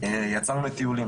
יצאנו לטיולים,